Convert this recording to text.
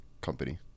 company